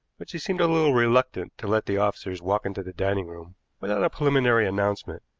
but she seemed a little reluctant to let the officers walk into the dining-room without a preliminary announcement,